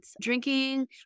drinking